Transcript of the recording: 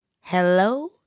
Hello